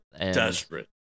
Desperate